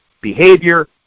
behavior